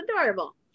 adorable